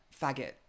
faggot